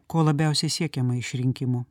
ko labiausiai siekiama iš rinkimų